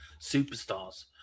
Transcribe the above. superstars